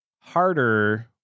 harder